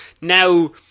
Now